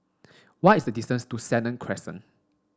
why is the distance to Senang Crescent